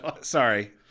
Sorry